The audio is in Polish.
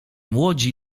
młodzi